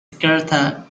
jakarta